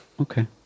Okay